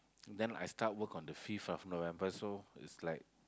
then I start work on the fifth of November so it's like